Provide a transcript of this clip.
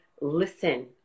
listen